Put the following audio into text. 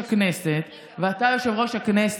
בגלל השותפות העקומה שלכם